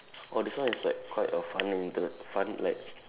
oh this one is like quite a fun intere~ fun like